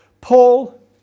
Paul